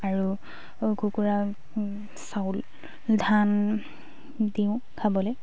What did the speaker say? আৰু কুকুৰা চাউল ধান দিওঁ খাবলৈ